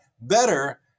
better